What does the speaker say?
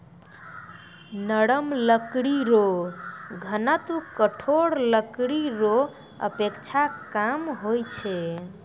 नरम लकड़ी रो घनत्व कठोर लकड़ी रो अपेक्षा कम होय छै